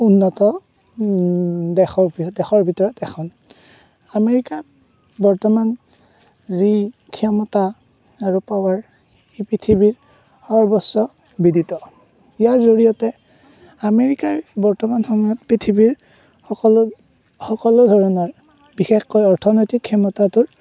উন্নত দেশৰ ভিতৰত এখন আমেৰিকাৰ বৰ্তমান যি ক্ষমতা আৰু পাৱাৰ ই পৃথিৱীৰ সৰ্বস্ববিদিত ইয়াৰ জড়িয়তে আমেৰিকাই বৰ্তমান সময়ত পৃথিৱীৰ সকলো সকলো ধৰণৰ বিশেষকৈ অৰ্থনৈতিক ক্ষমতাটো